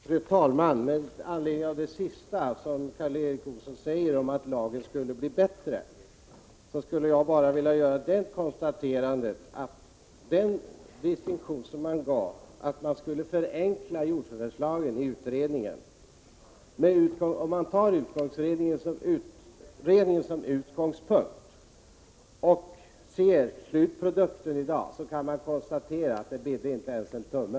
Fru talman! Med anledning av att Karl Erik Olsson säger att lagen skulle bli bättre, skulle jag vilja göra ett konstaterande. Han gjorde den distinktionen att jordförvärvslagen skulle förenklas. Men om man tar utredningen som utgångspunkt och ser på slutprodukten i dag, kan man bara säga att ”det bidde inte ens en tumme”.